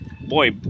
Boy